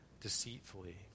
deceitfully